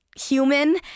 human